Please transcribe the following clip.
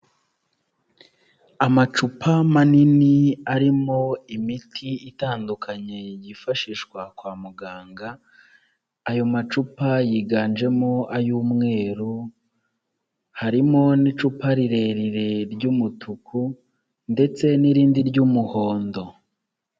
Amacupa manini arimo imiti itandukanye yifashishwa kwa muganga, ayo macupa yiganjemo ay'umweru Harimo n'icupa rirerire ry'umutuku ndetse n'irindi ry'umuhondo.